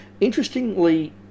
Interestingly